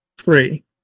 three